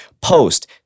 Post